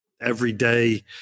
everyday